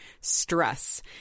stress